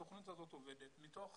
התוכנית האת עובדת ומתוך